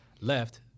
left